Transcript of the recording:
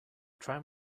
tram